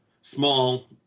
small